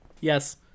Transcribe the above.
Yes